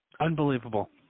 Unbelievable